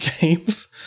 games